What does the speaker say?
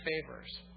favors